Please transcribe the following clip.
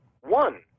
one